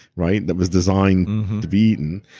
right? that was designed to be eaten.